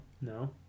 No